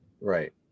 Right